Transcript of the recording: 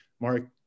Mark